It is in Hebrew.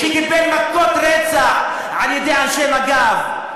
שקיבל מכות רצח מאנשי מג"ב,